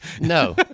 No